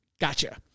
Gotcha